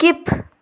skip